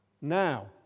Now